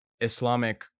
Islamic